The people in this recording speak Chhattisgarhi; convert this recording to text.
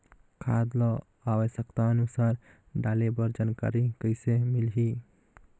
खाद ल आवश्यकता अनुसार डाले बर जानकारी कइसे मिलही?